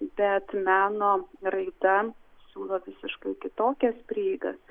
bet meno raida siūlo visiškai kitokias prieigas